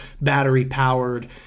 battery-powered